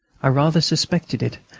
i rather suspected it.